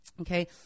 okay